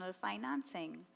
financing